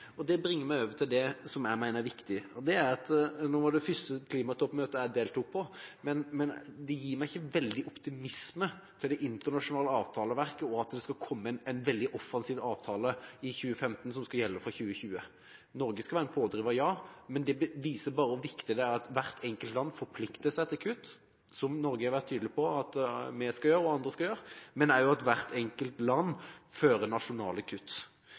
Det bringer meg over på det jeg mener er viktig. Nå var dette det første klimatoppmøtet jeg deltok på, men det gir meg ikke veldig mye optimisme for det internasjonale avtaleverket og at det skal komme en veldig offensiv avtale i 2015 som skal gjelde for 2020. Norge skal være en pådriver, ja, men det viser bare hvor viktig det er at hvert enkelt land forplikter seg til kutt – som Norge har vært tydelig på at vi skal gjøre, og andre skal gjøre – men også at hvert enkelt land fører nasjonale kutt.